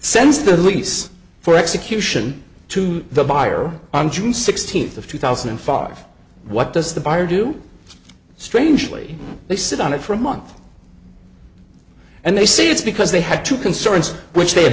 the lease for execution to the buyer on june sixteenth of two thousand and five what does the buyer do strangely they sit on it for a month and they say it's because they had two concerns which they